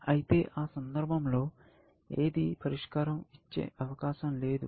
అయితే ఆ సందర్భంలో ఏది పరిష్కారం ఇచ్చే అవకాశం లేదు